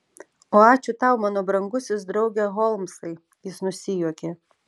o ačiū tau mano brangusis drauge holmsai jis nusijuokė